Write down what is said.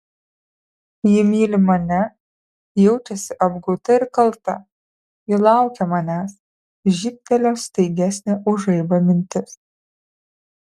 ji myli mane jaučiasi apgauta ir kalta ji laukia manęs žybtelėjo staigesnė už žaibą mintis